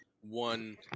one